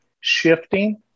shifting